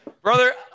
Brother